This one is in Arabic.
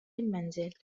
المنزل